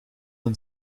een